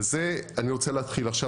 וזה אני רוצה להתחיל עכשיו,